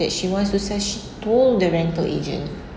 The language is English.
that she wants to such told the rental agent